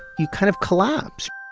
you kind of collapse